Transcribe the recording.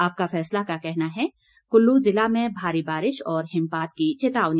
आपका फैसला का कहना है कुल्लू जिला में भारी बारिश और हिमपात की चेतावनी